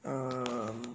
um